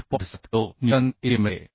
7 kilo newton इतकी मिळते